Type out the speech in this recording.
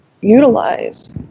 utilize